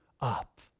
up